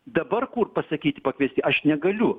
dabar kur pasakyti pakviesti aš negaliu